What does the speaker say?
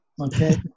Okay